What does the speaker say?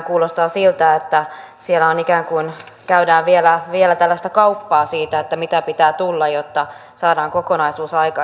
kuulostaa siltä että siellä ikään kuin käydään vielä tällaista kauppaa siitä mitä pitää tulla jotta saadaan kokonaisuus aikaiseksi